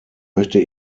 möchte